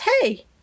hey